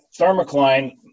Thermocline